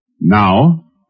Now